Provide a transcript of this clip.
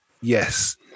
yes